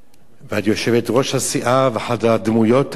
ואת יושבת-ראש הסיעה ואחת הדמויות הבולטות,